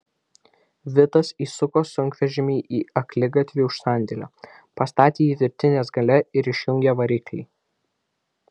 vitas įsuko sunkvežimį į akligatvį už sandėlio pastatė jį virtinės gale ir išjungė variklį